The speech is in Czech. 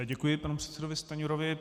Děkuji panu předsedovi Stanjurovi.